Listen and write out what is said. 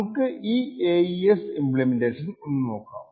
നമുക്ക് ഈ AES implementation ഒന്ന് നോക്കാം